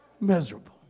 Miserable